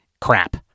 crap